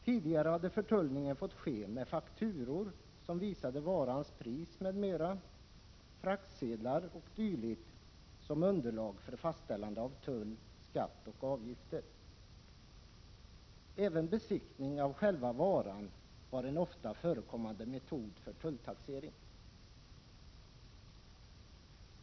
Tidigare hade förtullningen fått ske med fakturor, som visade varans pris m.m., fraktsedlar och dylikt som underlag för fastställande av tull, skatt och avgifter. Även besiktning av själva varan var en ofta förekommande metod för tulltaxeringen.